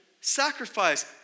sacrifice